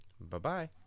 Bye-bye